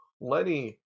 Lenny